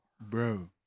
Bro